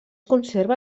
conserva